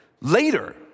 later